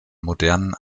modernen